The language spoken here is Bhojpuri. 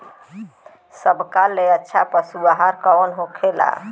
सबका ले अच्छा पशु आहार कवन होखेला?